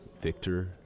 Victor